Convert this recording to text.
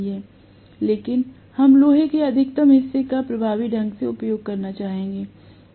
लेकिन हम लोहे के अधिकतम हिस्से का प्रभावी ढंग से उपयोग करना चाहेंगे